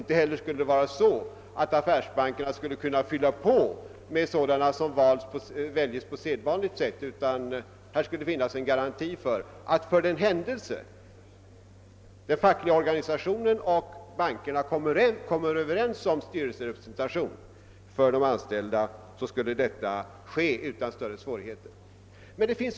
Inte heller skulle affärsbankerna kunna fylla på med ledamöter som väljs på sedvanligt sätt, utan det skulle finnas en garanti för — om bankerna och den fackliga organisationen kommer överens om styrelserepresentation för de anställda — att detta skulle kunna ske utan större svårigheter.